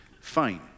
Fine